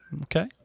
Okay